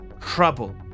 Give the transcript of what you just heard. trouble